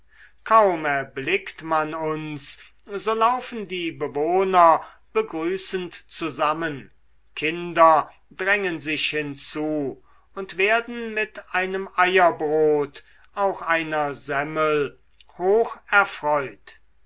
kaum erblickt man uns so laufen die bewohner begrüßend zusammen kinder drängen sich hinzu und werden mit einem eierbrot auch einer semmel